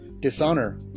dishonor